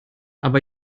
aber